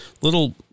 little